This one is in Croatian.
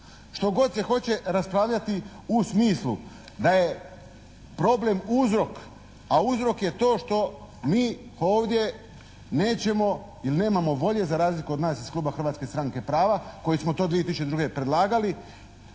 Što god se hoće raspravljati u smislu da je problem uzrok a uzrok je to što mi ovdje nećemo ili nemamo volje za razliku od nas iz Kluba Hrvatske stranke prava koji smo to 2002. predlagali,